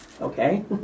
Okay